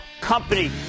company